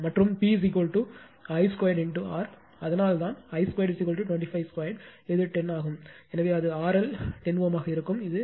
மற்றும் PI 2 R அதனால்தான் I 2 25 2 இது 10 ஆகும் எனவே அது RL10 Ω ஆக இருக்கும் இது 62